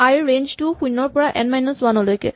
আই ৰ ৰেঞ্জ টো শূণ্যৰ পৰা এন মাইনাচ ৱান লৈকে